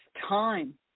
time